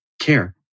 care